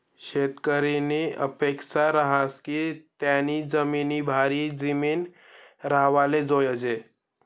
शेतकरीनी अपेक्सा रहास की त्यानी जिमीन भारी जिमीन राव्हाले जोयजे